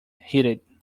heeded